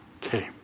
came